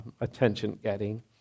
attention-getting